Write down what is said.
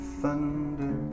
thunder